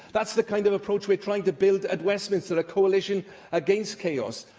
that's the kind of approach we're trying to build at westminster a coalition against chaos.